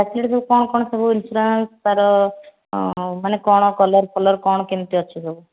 facility ସବୁ କ'ଣ କ'ଣ ସବୁ ଇନ୍ସ୍ୟୁରାନ୍ସ୍ ତାର ମାନେ କ'ଣ କ'ଣ କେମିତି ଅଛି ସବୁ